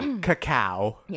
Cacao